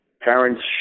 parents